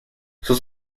sus